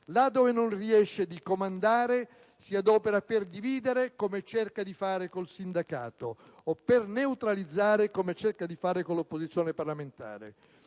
Laddove non riesce di comandare si adopera per dividere, come cerca di fare con il sindacato, o per neutralizzare, come cerca di fare con l'opposizione parlamentare.